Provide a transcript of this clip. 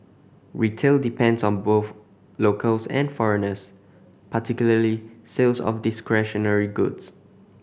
retail depends on both locals and foreigners particularly sales of discretionary goods